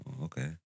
Okay